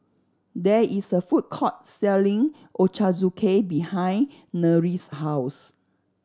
there is a food court selling Ochazuke behind Nery's house